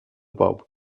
pub